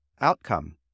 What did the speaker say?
outcome